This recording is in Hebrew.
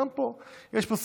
גם פה: יש פה סוגיה,